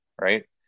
Right